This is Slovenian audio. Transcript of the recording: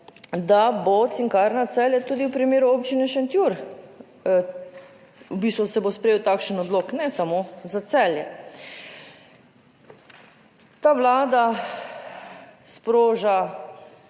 da bo Cinkarna Celje tudi v primeru občine Šentjur, v bistvu se bo sprejel takšen odlok ne samo za Celje. Ta vlada sproža